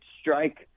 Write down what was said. strike